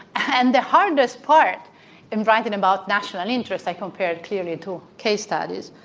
and the hardest part in writing about national interest i compared, clearly, to case studies,